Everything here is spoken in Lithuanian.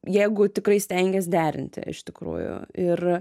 jeigu tikrai stengies derinti iš tikrųjų ir